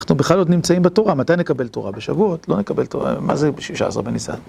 אנחנו בכלל עוד נמצאים בתורה, מתי נקבל תורה? בשבועות, לא נקבל תורה, מה זה? בשישה עשרה בניסן.